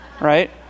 right